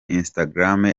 instagram